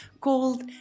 called